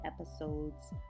episodes